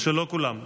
או שלא כולם?